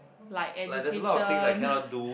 like education